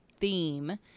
theme